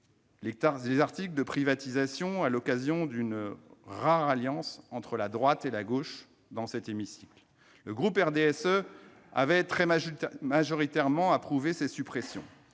les articles de privatisation, à l'occasion d'une rare alliance entre la droite et la gauche de cet hémicycle. Le groupe du RDSE avait très majoritairement approuvé ces suppressions.